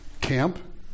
camp